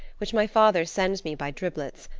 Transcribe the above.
which my father sends me by driblets.